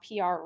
PR